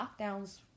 lockdowns